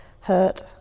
hurt